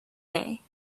day